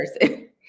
person